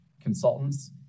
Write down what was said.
consultants